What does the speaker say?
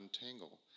untangle